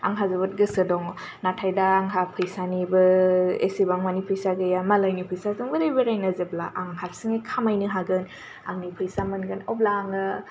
आंहा जोबोत गोसो दं नाथाय दा आंहा फैसानिबो एसेबां मानि फैसा गैया मालायनि फैसाजोंबो बेरायनो जोबला आं हारसिङै खामायनो हागोन आंनि फैसा मोनगोन अब्ला आङो